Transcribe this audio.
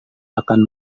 akan